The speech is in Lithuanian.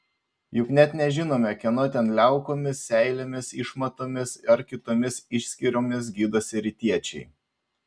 juk net nežinome kieno ten liaukomis seilėmis išmatomis ar kitomis išskyromis gydosi rytiečiai